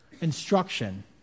instruction